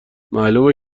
معلومه